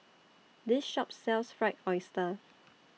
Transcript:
This Shop sells Fried Oyster